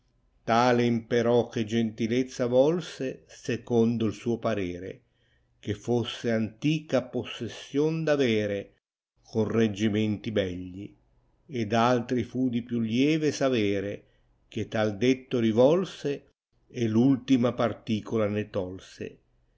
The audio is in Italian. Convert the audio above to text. tale imperò che gentilezza volse secondo u suo parete che fosse antica possession d avere con reggimenti begli d altri fu di più lieve savere che tal detto rivolse r ultima particola ne tolse